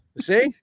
See